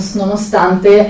nonostante